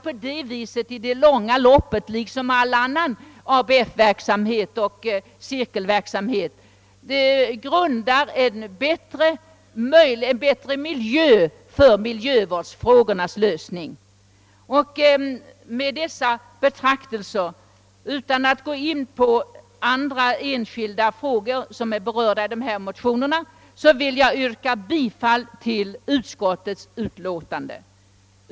På det sättet grundas i längden, liksom vid all annan ABF och cirkelverksamhet, en bättre miljö för miljövårdsfrågornas lösning. Med dessa ord och utan att gå in på andra enskilda frågor som berörts i motionerna vill jag yrka bifall till utskottets hemställan.